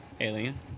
alien